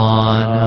on